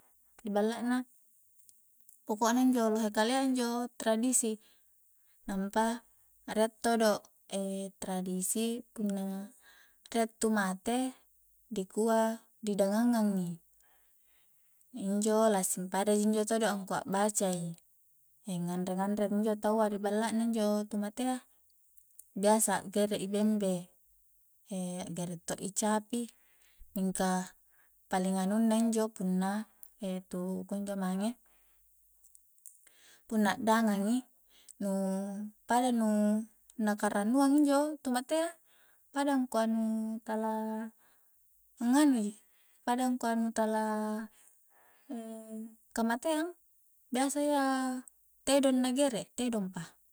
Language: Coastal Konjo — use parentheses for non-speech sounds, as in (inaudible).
Di balla na. poko'na injo lohe kalia injo tradisi nampa rie todo (hesitation) tradisi punna (hesitation) rie tu mate dikua di dagangang i injo la simpada ji todo angkua a'bacai nganre-nganrei injo taua di balla na injo tu matea biasa a'gere i bembe (hesitation) gerek to i capi mingka paling anunna injo punna (hesitation) tu kunjo mange punna a'dangang i nu pada nu na karannuang injo tu matea pada angkua nu tala nganu ji pada angkua nu tala (hesitation) kamateang biasa iya tedong na gere' tedong pa